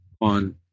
on